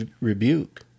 rebuke